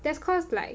that's cause like